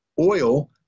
oil